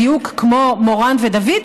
בדיוק כמו מורן ודוד,